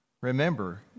Remember